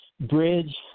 Bridge